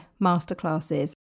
masterclasses